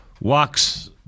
walks